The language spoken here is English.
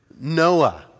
Noah